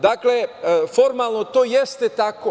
Dakle, formalno to jeste tako.